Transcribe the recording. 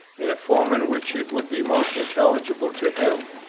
in a form in which it would be most intelligible to him,